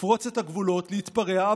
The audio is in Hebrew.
לפרוץ את הגבולות, להתפרע.